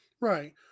Right